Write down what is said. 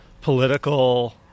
political